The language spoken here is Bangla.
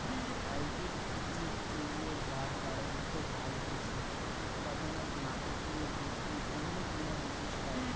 হাইব্রিড বীচির চইলের বাড়বাড়ন্ত হালকৃষি উৎপাদনত নাটকীয় বিদ্ধি অইন্যতম বিশেষ কারণ